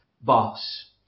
boss